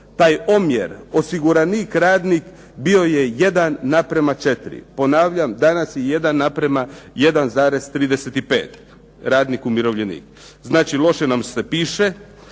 taj omjer osiguranik radnik bio je 1:4, ponavljam danas je 1:1,35, radnik umirovljenik, znači loše nam se piše